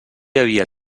havia